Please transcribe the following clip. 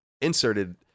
inserted